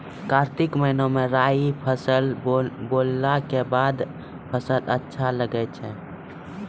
कार्तिक महीना मे राई फसल बोलऽ के बाद फसल अच्छा लगे छै